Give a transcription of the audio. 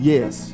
Yes